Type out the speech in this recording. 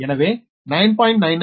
எனவே 9